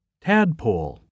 Tadpole